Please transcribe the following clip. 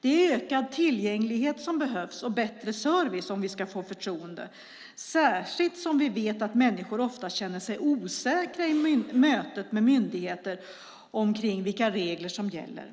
Det är ökad tillgänglighet och bättre service som behövs om vi ska få förtroende, särskilt som vi vet att människor ofta känner sig osäkra i mötet med myndigheter omkring vilka regler som gäller.